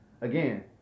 again